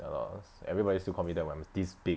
ya everybody still call me that when I'm this big